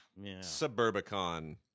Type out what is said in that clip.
Suburbicon